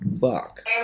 Fuck